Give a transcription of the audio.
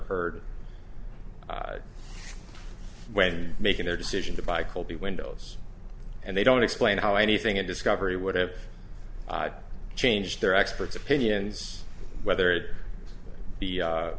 heard when making their decision to buy colby windows and they don't explain how anything in discovery would have changed their experts opinions whether it be